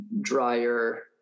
drier